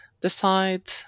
decide